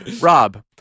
Rob